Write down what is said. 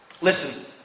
Listen